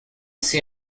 see